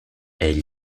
elle